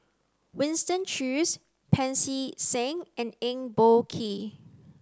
Winston Choos Pancy Seng and Eng Boh Kee